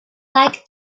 like